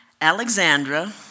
Alexandra